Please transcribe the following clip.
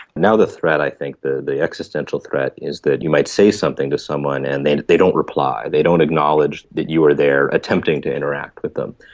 now the threat i think, the existential threat is that you might say something to someone and they they don't reply, they don't acknowledge that you are there attempting to interact with them.